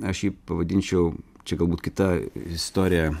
aš jį pavadinčiau čia galbūt kita istorija